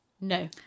No